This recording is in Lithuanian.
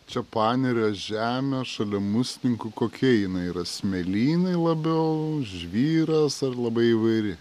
čia panerio žemė šalia musninkų kokia jinai yra smėlynai labiau žvyras ar labai įvairi